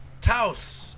Taos